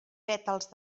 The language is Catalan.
pètals